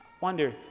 Wonder